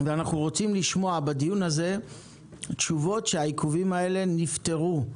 ואנחנו רוצים לשמוע בדיון הזה תשובות שהעיכובים האלו נפתרו.